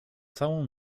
całą